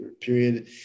period